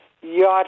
Yacht